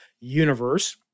universe